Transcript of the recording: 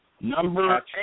Number